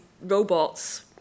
robots